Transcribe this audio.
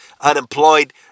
unemployed